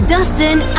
Dustin